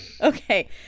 Okay